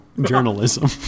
journalism